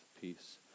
peace